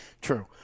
True